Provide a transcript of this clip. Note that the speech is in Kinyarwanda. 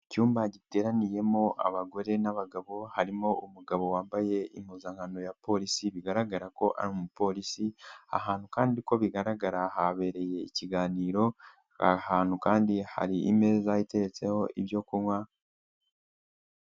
Icyumba giteraniyemo abagore n'abagabo, harimo umugabo wambaye impuzankano ya polisi bigaragara ko ari umupolisi, ahantu kandi ko bigaragara habereye ikiganiro ahantu kandi hari imeza iteretseho ibyo kunywa.